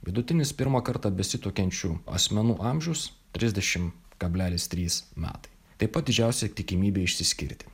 vidutinis pirmą kartą besituokiančių asmenų amžius trisdešim kablelis trys metai taip pat didžiausia tikimybė išsiskirti